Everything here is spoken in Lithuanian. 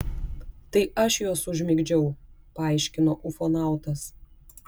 tai aš juos užmigdžiau paaiškino ufonautas